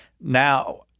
Now